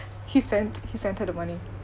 he sent he sent her the money